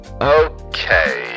Okay